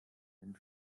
den